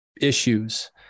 issues